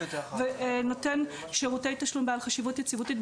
נותן שירותי תשלום בעל חשיבות יציבותית,